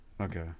Okay